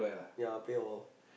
ya play or